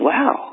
Wow